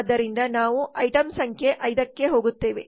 ಮುಂದೆ ನಾವು ಐಟಂ ಸಂಖ್ಯೆ 5 ಕ್ಕೆ ಹೋಗುತ್ತೇವೆ